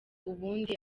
ubundi